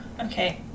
okay